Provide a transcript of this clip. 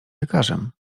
lekarzem